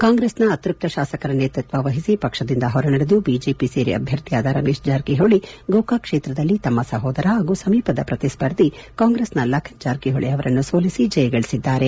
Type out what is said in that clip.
ಕಾಂಗ್ರೆಸ್ನ ಅತ್ಯಪ್ತ ಶಾಸಕರ ನೇತೃತ್ವ ವಹಿಸಿ ಪಕ್ಷದಿಂದ ಹೊರನಡೆದು ಬಿಜೆಪಿ ಸೇರಿ ಅಭ್ಯರ್ಥಿಯಾದ ರಮೇಶ್ ಜಾರಕಿಹೊಳಿ ಗೋಕಾಕ್ ಕ್ಷೇತ್ರದಲ್ಲಿ ತಮ್ಮ ಸಹೋದರ ಹಾಗೂ ಸಮೀಪದ ಪ್ರತಿಸ್ಪರ್ಧಿ ಕಾಂಗ್ರೆಸ್ನ ಲಖನ್ ಜಾರಕಿಹೊಳಿ ಅವರನ್ನು ಸೋಲಿಸಿ ಜಯ ಗಳಿಸಿದ್ದಾರೆ